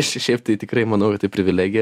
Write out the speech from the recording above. šiaip tai tikrai manau tai privilegija